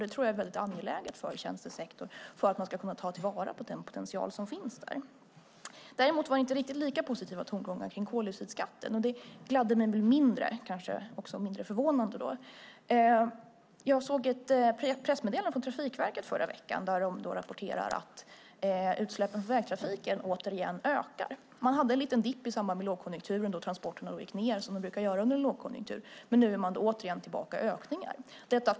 Det är väldigt angeläget för tjänstesektorn för att man ska kunna ta till vara den potential som finns där. Däremot var det inte lika positiva tongångar när det gällde koldioxidskatten. Det gladde mig väl mindre och var kanske också mindre förvånande. Jag såg ett pressmeddelande från Trafikverket förra veckan där de rapporterar att utsläppen från vägtrafiken återigen ökar. Man hade en liten dip i samband med lågkonjunkturen då transporterna gick ned som de brukar göra i en lågkonjunktur. Men nu är man åter tillbaka i ökningar.